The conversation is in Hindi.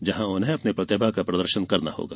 जहां उन्हें अपनी प्रतिभा का प्रदर्शन करना होगा